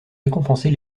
récompensés